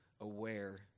aware